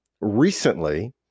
recently